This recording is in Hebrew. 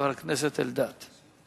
חבר הכנסת אלדד.